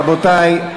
רבותי,